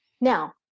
Now